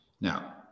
Now